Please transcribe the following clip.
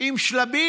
עם שלבים.